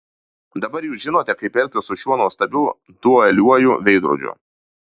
dabar jūs žinote kaip elgtis su šiuo nuostabiu dualiuoju veidrodžiu